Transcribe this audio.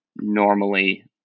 normally